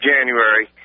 January